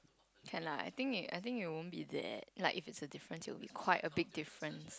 can lah I think it I think it won't be that like if it's a difference it will be quite a big different